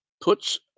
puts